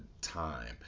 time